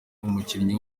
umukinnyi